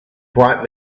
bright